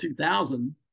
2000